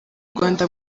rwanda